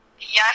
Yes